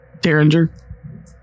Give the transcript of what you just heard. derringer